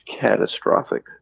catastrophic